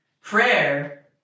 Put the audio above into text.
Prayer